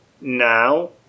now